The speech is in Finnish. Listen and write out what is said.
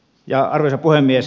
arvoisa puhemies